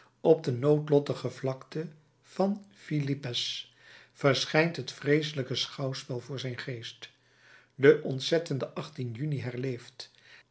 op de noodlottige vlakte van philippes verschijnt het vreeselijke schouwspel voor zijn geest de ontzettende juni herleeft